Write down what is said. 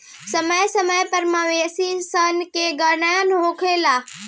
समय समय पर मवेशी सन के गणना होत रहेला